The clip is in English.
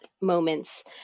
moments